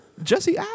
jesse